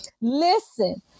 Listen